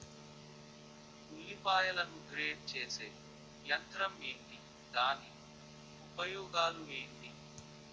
ఉల్లిపాయలను గ్రేడ్ చేసే యంత్రం ఏంటి? దాని ఉపయోగాలు ఏంటి?